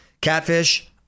Catfish